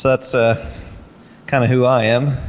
that's ah kind of who i am.